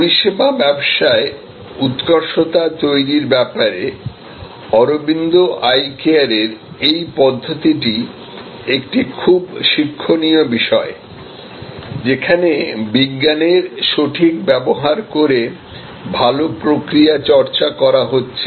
পরিষেবা ব্যবসায় উৎকর্ষতা তৈরীর ব্যাপারে অরবিন্দ আই কেয়ার এর এই পদ্ধতিটি একটি খুব শিক্ষনীয় বিষয় যেখানে বিজ্ঞানের সঠিক ব্যবহার করে ভাল প্রক্রিয়াচর্চা করা হচ্ছে